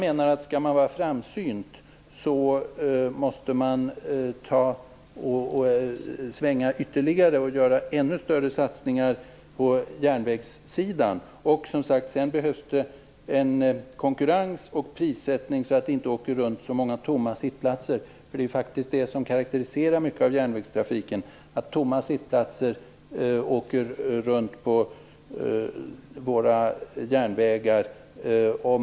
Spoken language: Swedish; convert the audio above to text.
Skall man vara framsynt måste man svänga ytterligare och göra ännu större satsningar på järnvägssidan, menar jag. Sedan behövs det också en konkurrens och prissättning så att inte så många tomma sittplatser åker runt. Det är faktiskt det som karakteriserar mycket av järnvägstrafiken - tomma sittplatser åker runt.